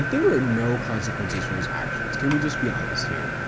there were no consequences for his actions. can we just be honest here?